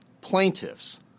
plaintiffs